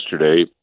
yesterday